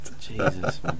Jesus